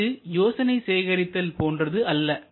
இது யோசனை சேகரித்தல் போன்றது அல்ல